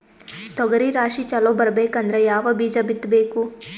ತೊಗರಿ ರಾಶಿ ಚಲೋ ಬರಬೇಕಂದ್ರ ಯಾವ ಬೀಜ ಬಿತ್ತಬೇಕು?